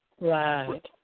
Right